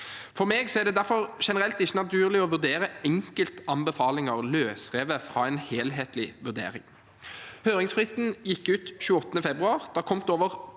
For meg er det derfor generelt ikke naturlig å vurdere enkeltanbefalinger løsrevet fra en helhetlig vurdering. Høringsfristen gikk ut 28. februar,